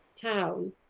town